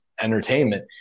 entertainment